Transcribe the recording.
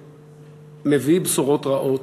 מביא בשורות רעות,